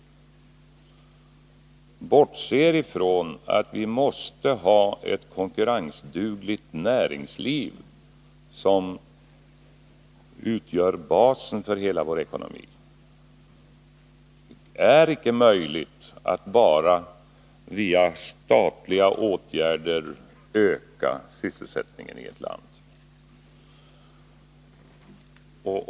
Ni bortser från att vi måste ha ett konkurrensdugligt näringsliv, som utgör basen för hela vår ekonomi. Det är icke möjligt att bara via statliga åtgärder öka sysselsättningen i ett land.